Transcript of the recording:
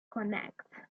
connect